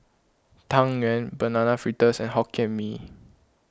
Tang Yuen Banana Fritters and Hokkien Mee